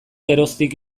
geroztik